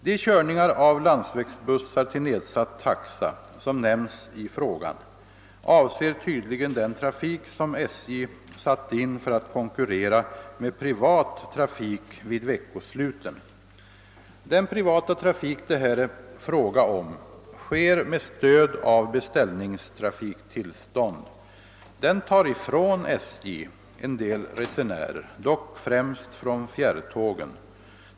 De körningar av landsvägsbussar till nedsatt taxa som nämns i frågan avser tydligen den trafik som SJ satt in för att konkurrera med privat trafik vid veckosluten. Den privata trafik det här är fråga om sker med stöd av beställningstrafiktillstånd. Den tar ifrån SJ en del resenärer, dock främst från fjärrtågen.